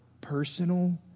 personal